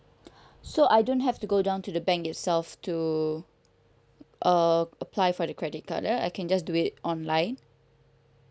so I don't have to go down to the bank itself to uh apply for the credit card ah I can just do it online